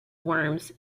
worms